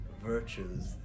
virtues